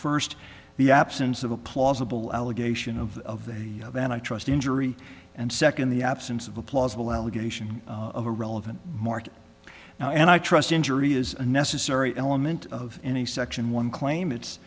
first the absence of a plausible allegation of the of and i trust the injury and second the absence of a plausible allegation of a relevant market now and i trust injury is a necessary element of any section one claim it's